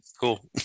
cool